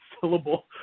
syllable